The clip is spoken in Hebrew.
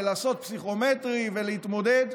לעשות פסיכומטרי ולהתמודד,